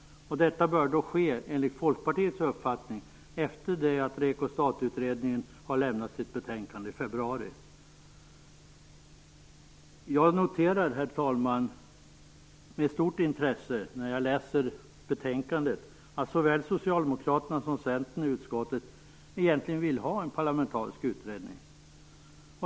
Detta bör enligt Folkpartiets uppfattning ske efter det att REKO-STAT-utredningen har lämnat sitt betänkande i februari. Herr talman! Jag noterar med stort intresse när jag läser betänkandet att såväl Socialdemokraterna som Centern i utskottet egentligen vill ha en parlamentarisk utredning.